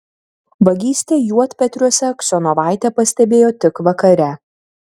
vagystę juodpetriuose aksionovaitė pastebėjo tik vakare